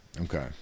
Okay